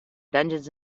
dungeons